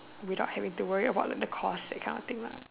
without having to worry about the cause that kind of thing lah